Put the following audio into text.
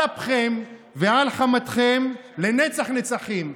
על אפכם ועל חמתכם, לנצח נצחים.